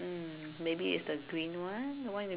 mm maybe it's the green one the one with